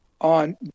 on